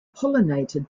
pollinated